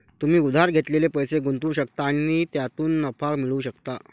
तुम्ही उधार घेतलेले पैसे गुंतवू शकता आणि त्यातून नफा मिळवू शकता